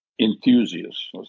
enthusiasts